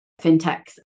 fintechs